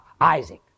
Isaac